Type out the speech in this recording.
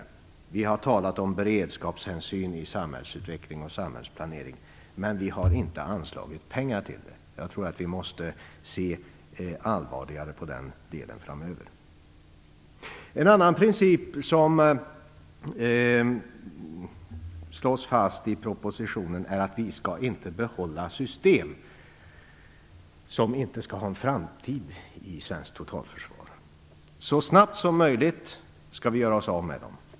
Vi har talat om beredskapshänsyn i samhällsutveckling och samhällsplanering, men vi har inte anslagit pengar till det. Jag tror att vi måste se allvarligare på den delen framöver. En annan princip som slås fast i propositionen är att vi inte skall behålla system som inte skall ha en framtid i svenskt totalförsvar. Så snabbt som möjligt skall vi göra oss av med dem.